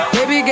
Baby